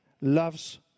loves